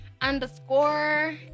Underscore